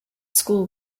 school